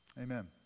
Amen